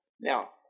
Now